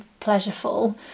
pleasureful